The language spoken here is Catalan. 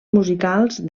musicals